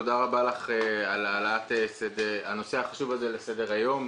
תודה רבה לך על העלאת הנושא החשוב הזה לסדר-היום.